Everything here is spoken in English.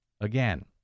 Again